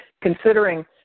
considering